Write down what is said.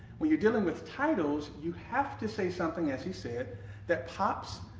when you're dealing with titles, you have to say something as he said that pops,